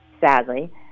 sadly